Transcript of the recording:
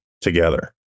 together